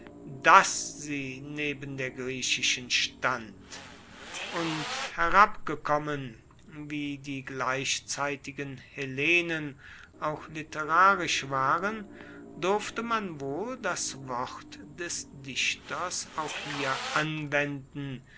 daß sie neben der griechischen stand und herabgekommen wie die gleichzeitigen hellenen auch literarisch waren durfte man wohl das wort des dichters auch hier anwenden